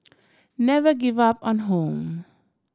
never give up on home